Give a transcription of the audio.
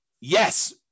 Yes